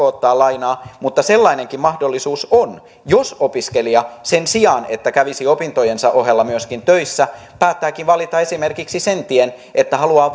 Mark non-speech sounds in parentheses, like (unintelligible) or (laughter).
(unintelligible) ottaa lainaa mutta sellainenkin mahdollisuus on jos opiskelija sen sijaan että kävisi opintojensa ohella myöskin töissä päättääkin valita esimerkiksi sen tien että haluaa (unintelligible)